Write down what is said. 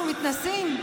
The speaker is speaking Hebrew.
אנחנו מתנשאים?